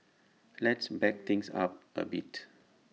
let's back things up A bit